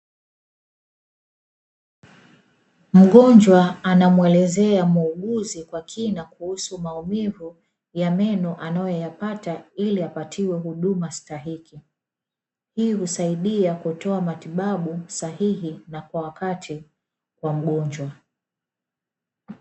Mgonjwa anamuelezea muuguzi kwa kina kuhusu maumivu ya meno anayoyopata ili apatiwe huduma stahiki, hii husaidia kutoa matibabu sahihi na kwa wakati kwa mgonjwa.